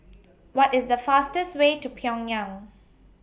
What IS The fastest Way to Pyongyang